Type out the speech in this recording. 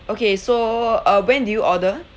okay so uh when did you order